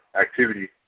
activity